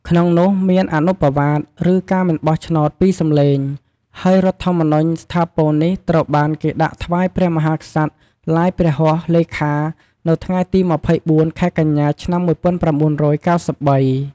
ក្នុងនោះមាន អនុប្បវាទឬ ការមិនបោះឆ្នោត ២ សំឡេង ហើយរដ្ឋធម្មនុញ្ញស្ថាពរនេះត្រូវបានគេដាក់ថ្វាយព្រះមហាក្សត្រឡាយព្រះហស្តលេខានៅថ្ងៃទី២៤ ខែកញ្ញា ឆ្នាំ១៩៩៣។